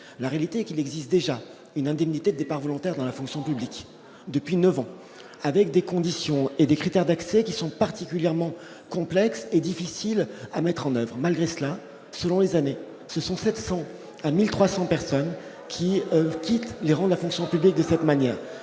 la réalité qu'il existe déjà une indemnité départ volontaire dans la fonction publique depuis 9 ans avec des conditions et des critères d'accès qui sont particulièrement complexe et difficile à mettre en oeuvre, malgré cela, selon les années, ce sont 700 à 1300 personne qui quitte les rangs de la fonction publique de cette manière